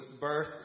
birth